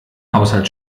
haushalt